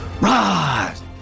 rise